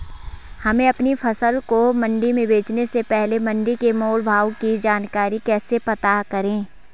हमें अपनी फसल को मंडी में बेचने से पहले मंडी के मोल भाव की जानकारी कैसे पता करें?